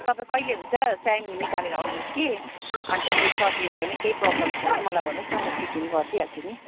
तपाईँ कहिले हुन्छ टाइम निकालेर आउनुहोस् कि अन्त त्यो सर्ट के छ भने केही प्रब्लम छ भने मलाई भन्नुहोस् न मो फिटिङ गरिदिइहाल्छु नि